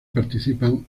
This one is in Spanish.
participan